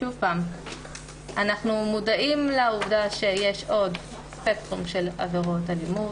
אנחנו מודעים לעובדה שיש עוד ספקטרום של עבירות אלימות,